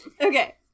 Okay